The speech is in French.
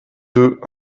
deux